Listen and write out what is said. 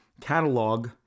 catalog